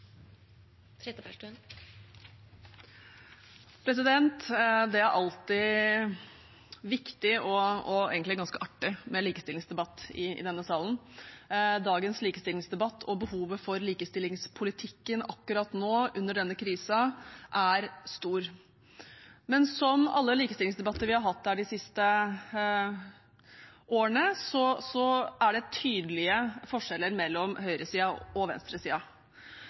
alltid viktig – og egentlig ganske artig – med likestillingsdebatt i denne salen. Behovet for dagens likestillingsdebatt, og for likestillingspolitikken akkurat nå, under denne krisen, er stort. Men som i alle likestillingsdebatter vi har hatt her de siste årene, er det tydelige forskjeller mellom høyresiden og